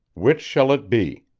which shall it be?